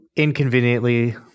inconveniently